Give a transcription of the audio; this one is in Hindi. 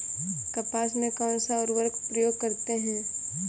कपास में कौनसा उर्वरक प्रयोग करते हैं?